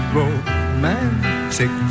romantic